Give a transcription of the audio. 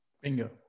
bingo